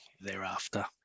thereafter